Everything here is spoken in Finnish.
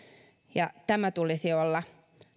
ja tämän tulisi olla